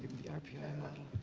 the rpi model.